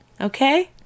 Okay